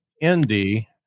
Indy